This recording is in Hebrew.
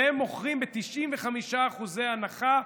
והם מוכרים ב-95% הנחה,